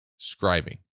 scribing